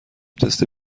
تست